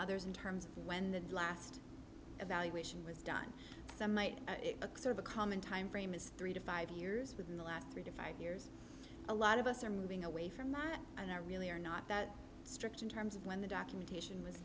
others in terms of when the last evaluation was done some might look sort of a common timeframe is three to five years within the last three to five years a lot of us are moving away from my and i really are not that strict in terms of when the documentation was